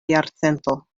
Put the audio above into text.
jarcento